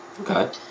Okay